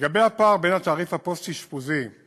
לגבי הפער בין התעריף הפוסט-אשפוזי של